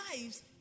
lives